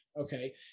okay